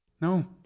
No